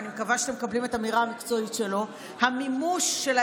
ואני מקווה שאתם מקבלים את האמירה המקצועית שלו,